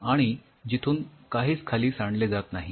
आणि जिथून काहीच खाली सांडले जात नाही